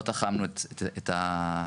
לא תחמנו את הסמכויות,